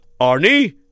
Arnie